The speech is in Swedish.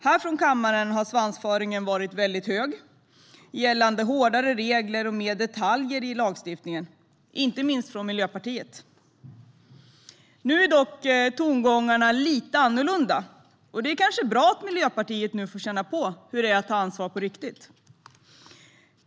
I kammaren har svansföringen varit hög gällande hårdare regler och mer detaljer i lagstiftningen, inte minst från Miljöpartiet. Nu är tongångarna lite annorlunda, och det är kanske bra att Miljöpartiet får känna på hur det är att ta ansvar på riktigt.